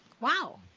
Wow